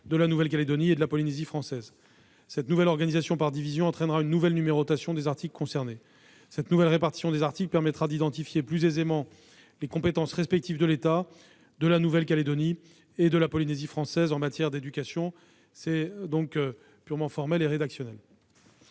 de la Nouvelle-Calédonie et de la Polynésie française et il en résultera une nouvelle numérotation des articles concernés. La nouvelle répartition des articles permettra d'identifier plus aisément les compétences respectives de l'État, de la Nouvelle-Calédonie et de la Polynésie française en matière d'éducation. Cet amendement est donc purement formel et rédactionnel.